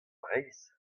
breizh